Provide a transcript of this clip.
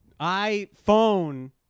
iPhone